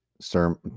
sermon